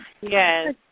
Yes